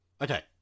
Okay